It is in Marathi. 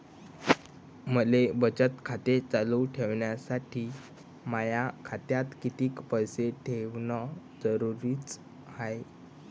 मले बचत खातं चालू ठेवासाठी माया खात्यात कितीक पैसे ठेवण जरुरीच हाय?